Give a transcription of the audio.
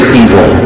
evil